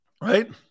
Right